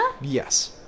Yes